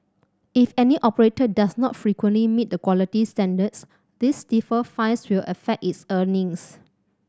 if any operator does not frequently meet the quality standards these stiffer fines will affect its earnings